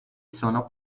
sono